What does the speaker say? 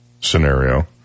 scenario